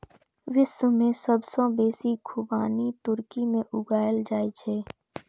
विश्व मे सबसं बेसी खुबानी तुर्की मे उगायल जाए छै